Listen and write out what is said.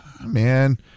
man